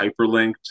hyperlinked